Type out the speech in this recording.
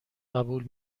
قبول